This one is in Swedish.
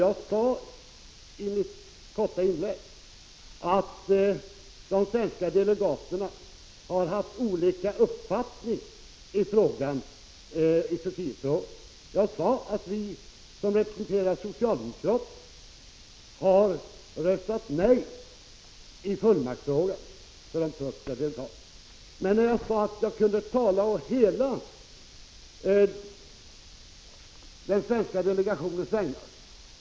Jag sade i mitt korta inlägg att de svenska delegaterna har haft olika uppfattning i Turkietfrågan. Jag sade att vi som representerar socialdemokraterna har röstat nej i fullmaktsfrågan beträffande de turkiska delegaterna. Men när jag sade att jag kunde tala å hela den svenska delegationens vägnar = Prot.